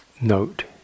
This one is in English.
note